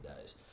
days